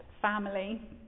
family